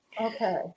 okay